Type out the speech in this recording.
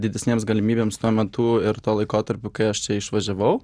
didesnėms galimybėms tuo metu ir tuo laikotarpiu kai aš čia išvažiavau